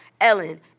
Ellen